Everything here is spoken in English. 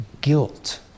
guilt